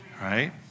right